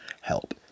help